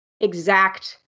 exact